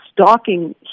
stalking